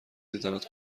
دیدنت